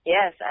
Yes